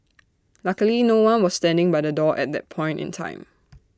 luckily no one was standing by the door at that point in time